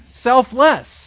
selfless